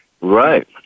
Right